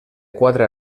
quatre